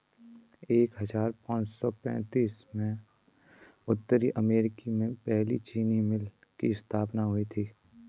एक हजार पाँच सौ पैतीस में उत्तरी अमेरिकी में पहली चीनी मिल की स्थापना हुई